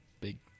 big